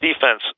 defense